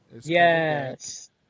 yes